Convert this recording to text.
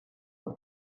por